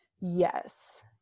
Yes